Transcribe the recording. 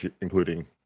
including